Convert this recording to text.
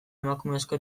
emakumezko